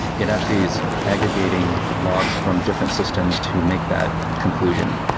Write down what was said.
it actually is aggregating logs from different systems to make that conclusion.